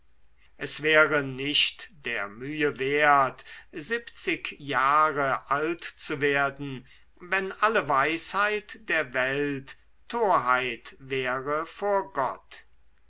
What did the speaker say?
es wäre nicht der mühe wert siebzig jahr alt zu werden wenn alle weisheit der welt torheit wäre vor gott